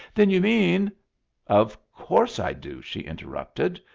then you mean of course i do, she interrupted.